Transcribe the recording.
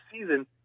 season